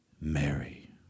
Mary